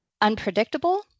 unpredictable